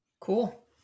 cool